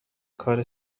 کار